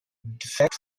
defect